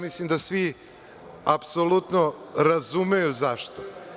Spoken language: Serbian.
Mislim da svi, apsolutno, razumeju zašto.